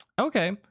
Okay